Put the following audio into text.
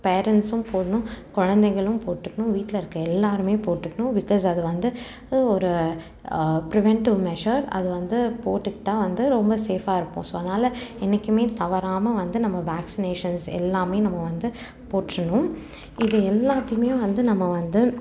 பேரன்ட்ஸும் போடணும் குழந்தைகளும் போட்டுக்கணும் வீட்டில் இருக்க எல்லோருமே போட்டுக்கணும் பிகாஸ் அது வந்து ஒரு பிரிவென்ட்டிவ் மெஷர் அது வந்து போட்டுக்கிட்டால் வந்து ரொம்ப சேஃபாக இருப்போம் ஸோ அதனால என்னைக்கும் தவறாமல் வந்து நம்ம வேக்சினேஷன்ஸ் எல்லாம் நம்ம வந்து போட்டுருணும் இது எல்லாத்தையும் வந்து நம்ம வந்து